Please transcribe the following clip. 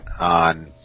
on